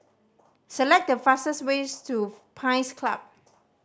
select the fastest ways to Pines Club